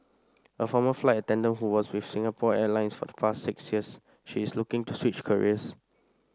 a former flight attendant who was with Singapore Airlines for the past six years she is looking to switch careers